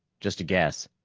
just a guess.